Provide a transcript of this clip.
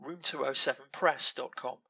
room207press.com